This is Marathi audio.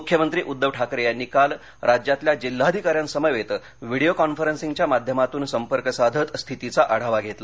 मुख्यमंत्री उद्धव ठाकरे यांनी काल राज्यातल्या जिल्हाधिकाऱ्यांसमवेत व्हिडिओ कॉन्फरन्सिंगच्या माध्यमातून संपर्क साधत स्थितीचा आढावा घेतला